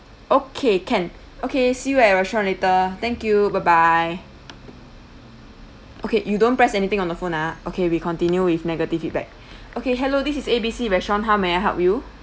okay can okay see you at our restaurant later thank you bye bye okay you don't press anything on the phone ah okay we continue with negative feedback okay hello this is A_B_C restaurant how may I help you